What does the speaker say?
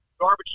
garbage